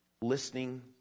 listening